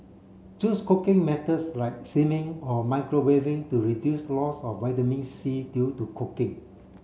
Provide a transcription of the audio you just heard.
choose cooking methods like steaming or microwaving to reduce loss of vitamin C due to cooking